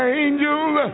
angels